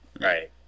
Right